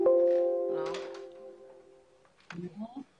אני רוצה רק לומר שזה נושא מורכב